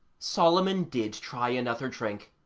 solomon did try another drink,